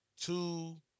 two